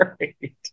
Right